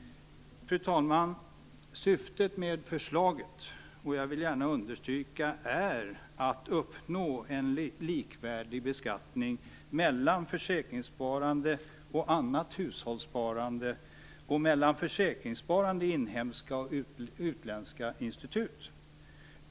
Fru talman! Syftet med förslaget, och jag vill gärna understryka det, är att uppnå en likvärdig beskattning mellan försäkringssparande och annat hushållssparande och mellan försäkringssparande i inhemska och utländska institut.